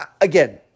again